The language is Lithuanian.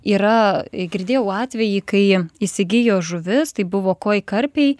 yra girdėjau atvejį kai įsigijo žuvis tai buvo koi karpiai